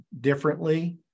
differently